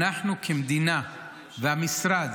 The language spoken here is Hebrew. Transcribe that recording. אנחנו כמדינה והמשרד